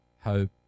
hope